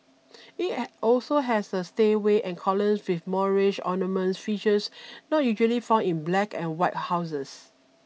it also has a stairway and columns with Moorish ornamental features not usually found in black and white houses